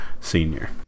senior